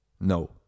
No